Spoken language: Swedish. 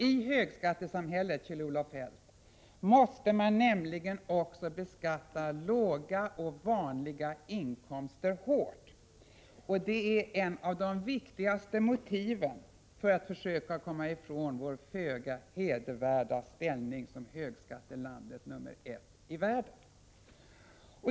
I högskattesamhället, Kjell-Olof Feldt, måste man nämligen också beskatta låga och vanliga inkomster hårt. Detta är ett av de viktigaste motiven för att försöka komma ifrån vår föga hedervärda ställning som högskattelandet nummer ett i världen.